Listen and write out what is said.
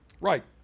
Right